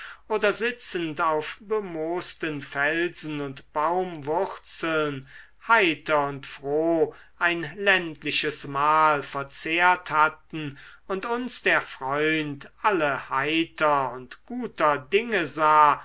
oder sitzend auf bemoosten felsen und baumwurzeln heiter und froh ein ländliches mahl verzehrt hatten und uns der freund alle heiter und guter dinge sah